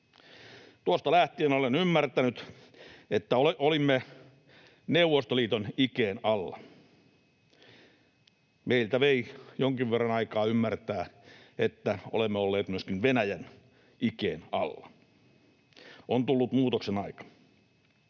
Tuosta lähtien ymmärsin, että olimme Neuvostoliiton ikeen alla. Meiltä vei jonkin verran aikaa ymmärtää, että olemme olleet myöskin Venäjän ikeen alla. On tullut muutoksen aika.